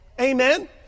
Amen